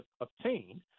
obtained